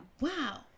Wow